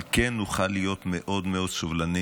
אבל כן נוכל להיות מאוד מאוד סובלניים